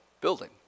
building